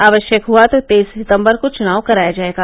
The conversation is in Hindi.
आवश्यक हुआ तो तेईस सितम्बर को चुनाव कराया जायेगा